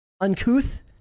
uncouth